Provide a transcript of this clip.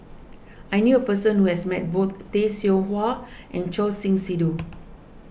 I knew a person who has met both Tay Seow Huah and Choor Singh Sidhu